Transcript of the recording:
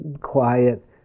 quiet